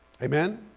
Amen